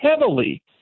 heavily